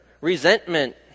resentment